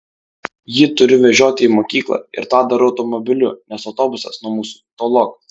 jį turiu vežioti į mokyklą ir tą darau automobiliu nes autobusas nuo mūsų tolokai